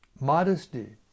Modesty